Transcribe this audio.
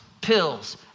pills